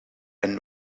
and